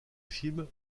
film